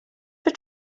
were